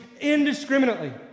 indiscriminately